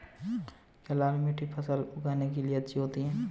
क्या लाल मिट्टी फसल उगाने के लिए अच्छी होती है?